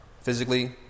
Physically